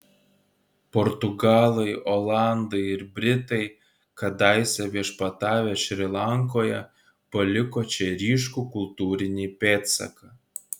portugalai olandai ir britai kadaise viešpatavę šri lankoje paliko čia ryškų kultūrinį pėdsaką